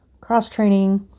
cross-training